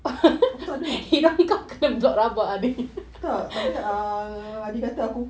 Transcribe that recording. aku takleh tak tapi ah hadi kata aku